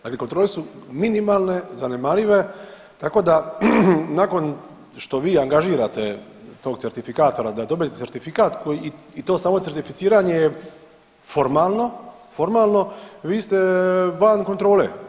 Dakle, kontrole su minimalne, zanemarive, tako da nakon što vi angažirate tog certifikatora da dobijete certifikat i to samo certificiranje je formalno, formalno vi ste van kontrole.